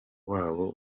wabo